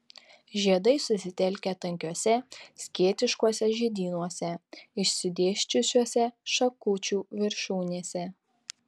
žiedai susitelkę tankiuose skėtiškuose žiedynuose išsidėsčiusiuose šakučių viršūnėse